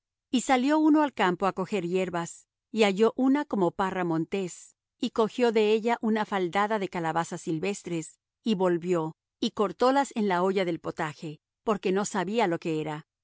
y salió uno al campo á coger hierbas y halló una como parra montés y cogió de ella una faldada de calabazas silvestres y volvió y cortólas en la olla del potaje porque no sabía lo que era